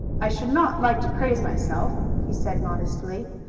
i should not like to praise myself, he said modestly,